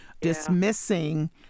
dismissing